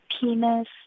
penis